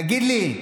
תגיד לי,